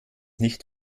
nicht